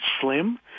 slim